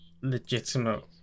Legitimate